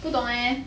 不懂诶:bu dong eh